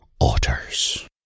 otters